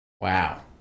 Wow